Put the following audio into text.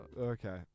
Okay